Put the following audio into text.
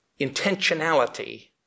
intentionality